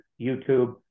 YouTube